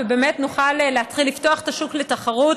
ובאמת נוכל להתחיל לפתוח את השוק לתחרות